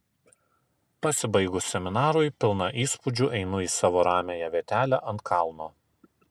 pasibaigus seminarui pilna įspūdžių einu į savo ramiąją vietelę ant kalno